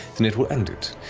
then it will end it.